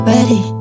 Ready